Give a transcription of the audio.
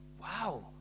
Wow